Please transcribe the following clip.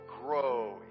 grow